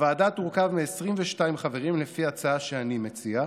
הוועדה תורכב מ-22 חברים, לפי ההצעה שאני מציע,